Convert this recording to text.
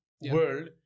world